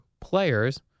players